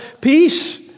peace